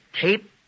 Tape